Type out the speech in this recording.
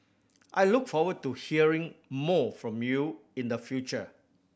I look forward to hearing more from you in the future